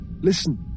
Listen